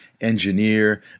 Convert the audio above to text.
engineer